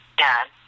done